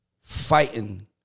fighting